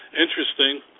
interesting